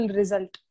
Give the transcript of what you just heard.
result